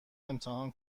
امتحان